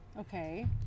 Okay